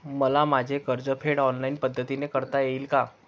मला माझे कर्जफेड ऑनलाइन पद्धतीने करता येईल का?